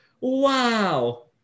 wow